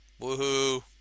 woohoo